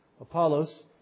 Apollos